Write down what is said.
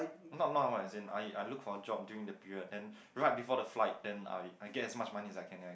not now uh as in I I look for job during the period then right before the flight then I I gain as much as money as I can